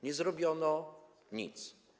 Nie zrobiono nic.